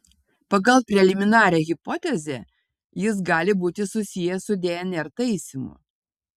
pagal preliminarią hipotezę jis gali būti susijęs su dnr taisymu